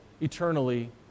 eternally